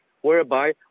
whereby